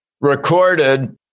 recorded